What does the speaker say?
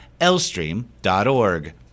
lstream.org